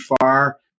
far